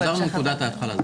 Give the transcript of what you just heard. חזרנו לנקודת ההתחלה.